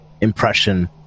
impression